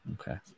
Okay